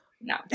No